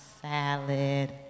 salad